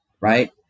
right